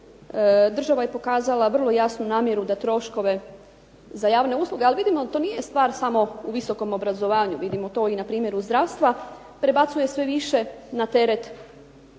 Država je pokazala vrlo jasnu namjeru da troškove za javne usluge, ali vidimo da to nije stvar samo u visokom obrazovanju. Vidimo to i na primjeru zdravstva prebacuje sve više na teret